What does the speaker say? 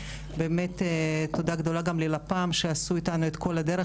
באמת תודה גדולה גם ללפ"מ שעשו איתנו את כל הדרך